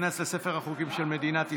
ותיכנס לספר החוקים של מדינת ישראל.